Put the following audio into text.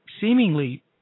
seemingly –